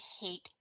hate